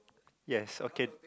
yes okay